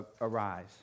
arise